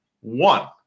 one